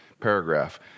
paragraph